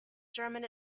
german